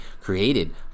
created